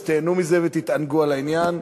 אז תיהנו מזה ותתענגו על העניין.